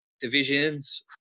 divisions